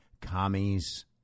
commies